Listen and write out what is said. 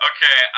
Okay